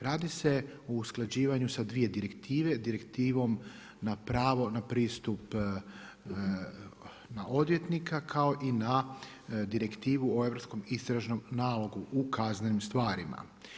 Radi se o usklađivanju sa dvije direktive, Direktivom na pravo na pristup na odvjetnika kao i na Direktivu o Europskom istražnom nalogu u kaznenim stvarima.